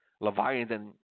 Leviathan